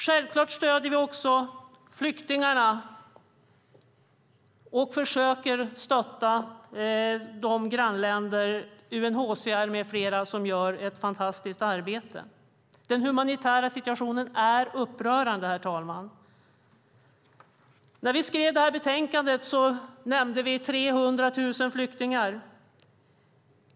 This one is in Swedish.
Självklart stöder vi också flyktingarna och försöker stötta grannländer, UNHCR med flera som gör ett fantastiskt arbete. Den humanitära situationen är upprörande, herr talman. När vi skrev betänkandet nämnde vi 300 000 flyktingar.